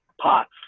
pots